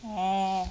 orh